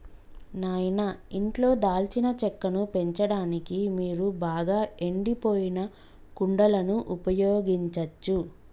నాయిన ఇంట్లో దాల్చిన చెక్కను పెంచడానికి మీరు బాగా ఎండిపోయిన కుండలను ఉపయోగించచ్చు